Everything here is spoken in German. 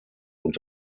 und